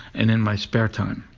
and in my spare time,